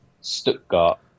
Stuttgart